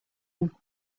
one